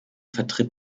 vertritt